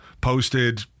posted